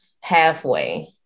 halfway